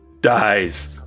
dies